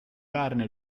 farne